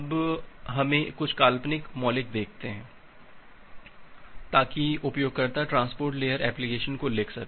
अब हमें कुछ काल्पनिक मौलिक देखते हैं ताकि उपयोगकर्ता ट्रांसपोर्ट लेयर एप्लिकेशन को लिख सके